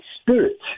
spirit